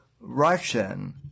Russian